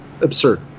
absurd